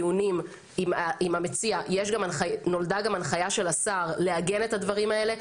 במסגרת הדיונים עם המציע נולדה גם הנחיה של השר לעגן את הדברים האלה.